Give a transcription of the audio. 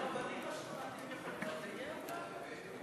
הרבנים השכונתיים יכולים לגייר גם?